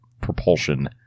propulsion